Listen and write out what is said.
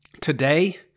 Today